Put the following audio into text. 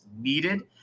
needed